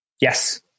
Yes